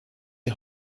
die